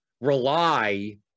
rely